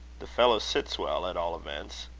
the fellow sits well, at all events.